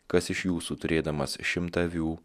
kas iš jūsų turėdamas šimtą avių